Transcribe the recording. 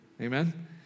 amen